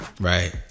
right